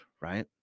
right